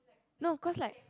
no cause like